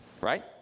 Right